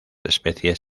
especies